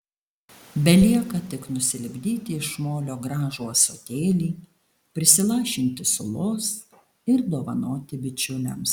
belieka tik nusilipdyti iš molio gražų ąsotėlį prisilašinti sulos ir dovanoti bičiuliams